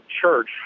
church